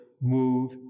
move